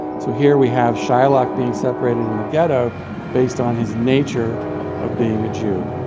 so here we have shylock being separated in the ghetto based on his nature of being a jew.